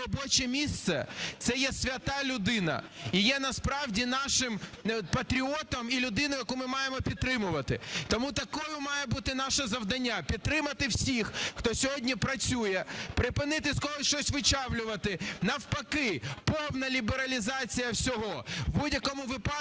це є свята людина і є насправді нашим патріотом і людиною, яку ми маємо підтримувати. Тому таким має бути наше завдання – підтримати всіх, хто сьогодні працює, припинити з когось щось вичавлювати, навпаки, повна лібералізація всього.